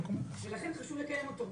לכן חשוב לקיים אותו.